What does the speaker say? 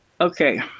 Okay